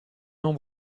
non